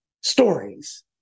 stories